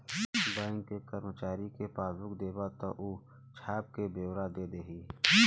bank के करमचारी के पासबुक देबा त ऊ छाप क बेओरा दे देई